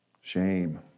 Shame